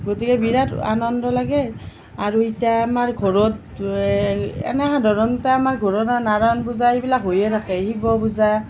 গতিকে বিৰাট আনন্দ লাগে আৰু এতিয়া আমাৰ ঘৰত এনেই সাধাৰণতে আমাৰ ঘৰতে নাৰায়ণ পূজাবিলাক হৈয়ে থাকে শিৱ পূজা